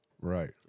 Right